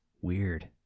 Weird